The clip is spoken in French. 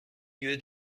lieu